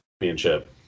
championship